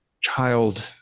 child